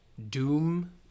doom